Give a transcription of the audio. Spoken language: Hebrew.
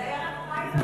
וזה היה רק פיילוט.